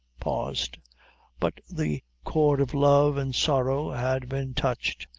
paused but the chord of love and sorrow had been touched,